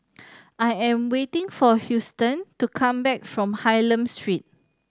I am waiting for Huston to come back from Hylam Street